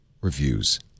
Reviews